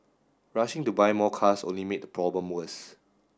rushing to buy more cars only made the problem worse